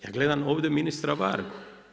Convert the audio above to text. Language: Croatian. Ja gledam ovdje ministra Vargu.